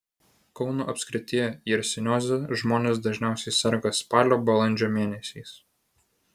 kauno apskrityje jersinioze žmonės dažniausiai serga spalio balandžio mėnesiais